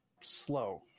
slow